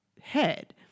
head